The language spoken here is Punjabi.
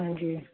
ਹਾਂਜੀ